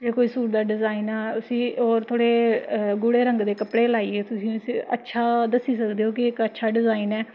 कोई सूट दा डिजाईन उसी होर थोह्ड़े गूह्ड़े रंग दे कपड़े लाइयै तुस उसी अच्छा दस्सी सकदे ओ कि इक अच्छा डिज़ाईन ऐ